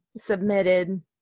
submitted